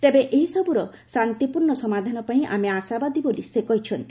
ତେବେ ଏହିସବୁର ଶାନ୍ତିପୂର୍ଣ୍ଣ ସମାଧାନ ପାଇଁ ଆମେ ଆଶାବାଦୀ ବୋଲି ସେ କହିଛନ୍ତି